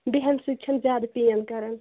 بیٚہنہٕ سۭتۍ چھم زیادٕ پین کَران